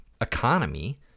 economy